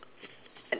about but